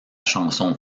chanson